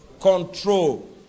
control